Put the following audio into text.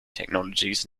technologies